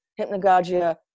hypnagogia